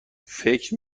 فکر